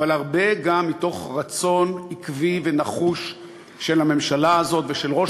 אבל הרבה גם מתוך רצון עקבי ונחוש של הממשלה הזאת ושל ראש